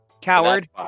Coward